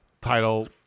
title